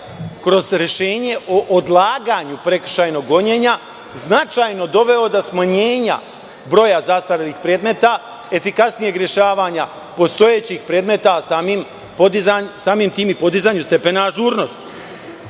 kroz rešenje o odlaganju prekršajnog gonjenja, značajno doveo do smanjenja broja zastarelih predmeta, efikasnijeg rešavanja postojećih predmeta, a samim tim i podizanju stepena ažurnosti. Na